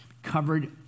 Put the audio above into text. covered